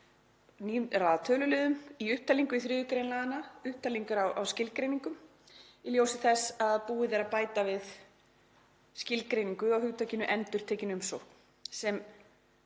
að raða töluliðum í upptalningu í 3. gr. laganna, upptalningu á skilgreiningum, í ljósi þess að búið er að bæta við skilgreiningu á hugtakinu endurtekin umsókn, sem